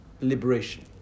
liberation